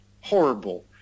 horrible